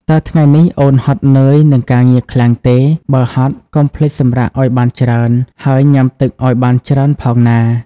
តើថ្ងៃនេះអូនហត់នឿយនឹងការងារខ្លាំងទេ? បើហត់ កុំភ្លេចសម្រាកឱ្យបានច្រើន ហើយញ៉ាំទឹកឱ្យបានច្រើនផងណា។